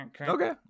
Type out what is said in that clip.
Okay